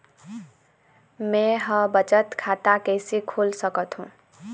मै ह बचत खाता कइसे खोल सकथों?